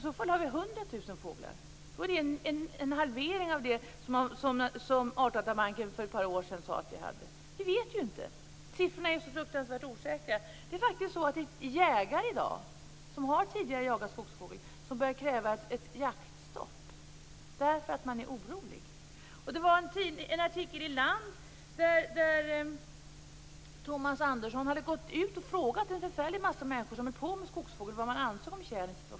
I så fall har vi Det är en halvering av det som Artdatabanken för ett par år sedan sade att vi hade. Vi vet inte hur det är. Siffrorna är så fruktansvärt osäkra. Det finns i dag jägare som tidigare har jagat skogsfågel som börjar kräva ett jaktstopp därför att de är oroliga. Det fanns en artikel i Land där Thomas Andersson hade gått ut och frågat en förfärlig mängd människor som höll på med skogsfågel vad de ansåg om tjäderns situation.